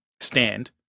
stand